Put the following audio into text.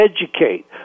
educate